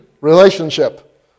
relationship